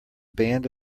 band